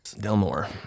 Delmore